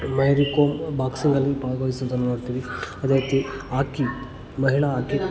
marry Kom ಬಾಕ್ಸಿಂಗಲ್ಲಿ ಭಾಗವಹಿಸುದನ್ನು ನೋಡ್ತಿವಿ ಅದೇ ರೀತಿ ಹಾಕಿ ಮಹಿಳಾ ಹಾಕಿ